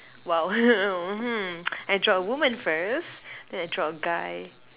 !wow! hmm I draw a woman first then I draw a guy